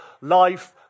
life